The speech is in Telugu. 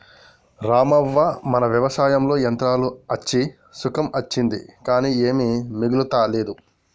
రామవ్వ మన వ్యవసాయంలో యంత్రాలు అచ్చి సుఖం అచ్చింది కానీ ఏమీ మిగులతలేదు